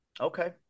Okay